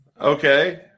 Okay